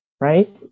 right